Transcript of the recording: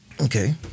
Okay